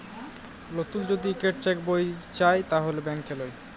লতুল যদি ইকট চ্যাক বই চায় তাহলে ব্যাংকে লেই